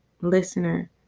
Listener